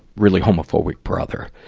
really homophobic brother.